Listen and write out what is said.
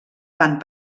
tant